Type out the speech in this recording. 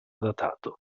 datato